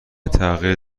تغییر